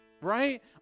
Right